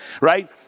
right